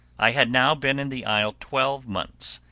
i had now been in the isle twelve months,